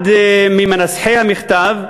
אחד ממנסחי המכתב,